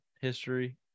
history